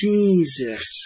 Jesus